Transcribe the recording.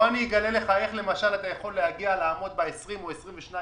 בוא אני אגלה לך איך אתה יכול לעמוד ב-20% או ב-22%